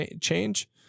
change